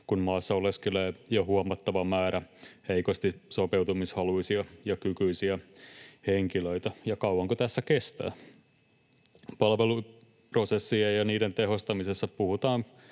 kun maassa oleskelee jo huomattava määrä heikosti sopeutumishaluisia ja -kykyisiä henkilöitä, ja kauanko tässä kestää? Palveluprosessien tehostamisessa puhutaan